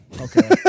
Okay